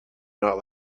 not